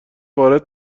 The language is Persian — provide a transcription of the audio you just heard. وارد